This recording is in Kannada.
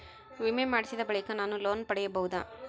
ವಿಮೆ ಮಾಡಿಸಿದ ಬಳಿಕ ನಾನು ಲೋನ್ ಪಡೆಯಬಹುದಾ?